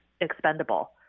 expendable